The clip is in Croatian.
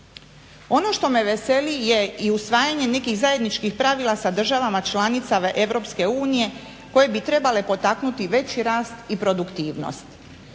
Ono što me veseli je i usvajanje nekih zajedničkih pravila sa državama članicama EU koje bi trebale potaknuti veći rast i produktivnost.